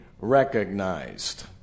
recognized